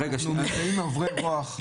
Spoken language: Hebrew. אנחנו מזדהים עם עוברי האורח.